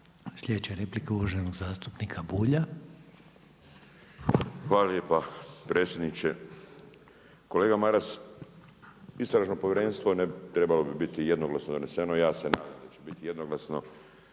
Sljedeća replika je uvaženog zastupnika Bulja. **Bulj, Miro (MOST)** Hvala lijepa predsjedniče. Kolega Maras, istražno povjerenstvo trebalo bi biti jednoglasno doneseno i ja se nadam da će biti jednoglasno.